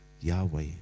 Yahweh